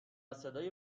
صدای